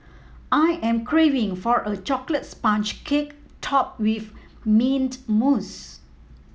I am craving for a chocolate sponge cake topped with mint mousse